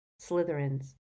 Slytherins